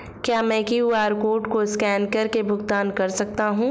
क्या मैं QR code को स्कैन करके भुगतान कर सकता हूं?